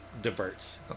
diverts